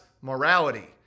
morality